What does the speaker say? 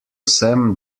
sem